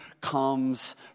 comes